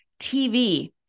TV